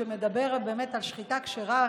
שמדברת על שחיטה כשרה,